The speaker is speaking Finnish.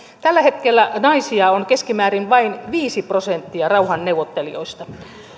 tällä hetkellä naisia on keskimäärin vain viisi prosenttia rauhanneuvottelijoista